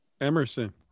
Emerson